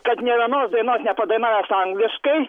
kad nė vienos dainos nepadainavęs angliškai